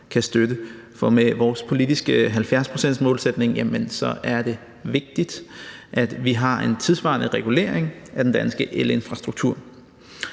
for med vores politiske 70-procentsmålsætning er det vigtigt, at vi har en tidssvarende regulering af den danske elinfrastruktur.